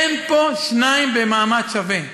אין פה שניים במעמד שווה.